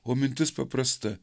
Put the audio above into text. o mintis paprasta